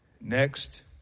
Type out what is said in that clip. Next